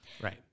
Right